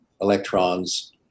electrons